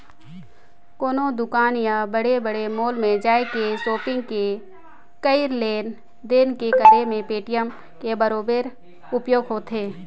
कोनो दुकान या बड़े बड़े मॉल में जायके सापिग के करई लेन देन के करे मे पेटीएम के बरोबर उपयोग होथे